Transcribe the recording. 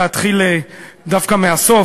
להתחיל דווקא מהסוף,